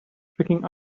tricking